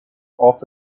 off